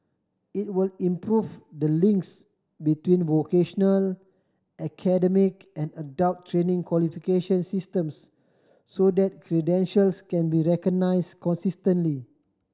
it will improve the links between vocational academic and adult training qualification systems so that credentials can be recognise consistently